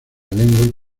lengua